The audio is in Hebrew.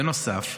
בנוסף,